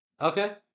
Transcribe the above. Okay